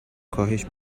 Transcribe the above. کاهش